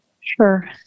Sure